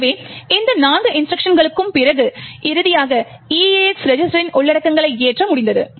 எனவே இந்த நான்கு இன்ஸ்ட்ருக்ஷன்களுக்குப் பிறகு இறுதியாக EAX ரெஜிஸ்டரின் உள்ளடக்கங்களை ஏற்ற முடிந்தது